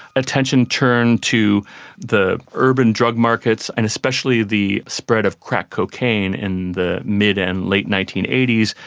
attention turned to the urban drug markets and especially the spread of crack cocaine in the mid and late nineteen eighty s,